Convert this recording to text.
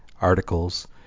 articles